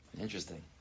Interesting